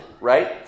right